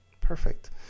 Perfect